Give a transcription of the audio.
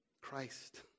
Christ